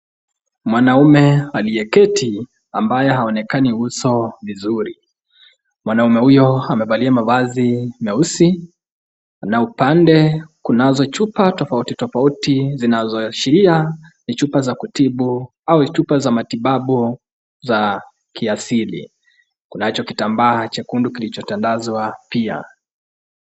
Mwanaume aliyeketi, ambaye haonekani uso vizuri. Mwanaume huyo amevalia mavazi meusi na upande kunazo chupa tofauti tofauti zinazoashiria kuwa ni chupa za kutibu au ni chupa za matibabu ya kiasili. Kunacho kitambaa kilichotandazwa pia.